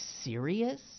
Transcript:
serious